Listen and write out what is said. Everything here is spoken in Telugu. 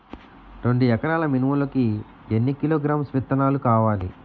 రెండు ఎకరాల మినుములు కి ఎన్ని కిలోగ్రామ్స్ విత్తనాలు కావలి?